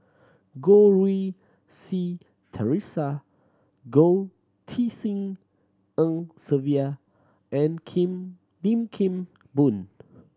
Goh Rui Si Theresa Goh Tshin En Sylvia and Kim Lim Kim Boon